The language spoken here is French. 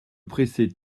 presser